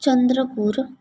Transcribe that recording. Chandrapur